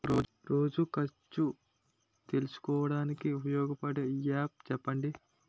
రోజు ఖర్చు తెలుసుకోవడానికి ఉపయోగపడే యాప్ చెప్పండీ?